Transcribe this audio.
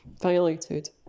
violated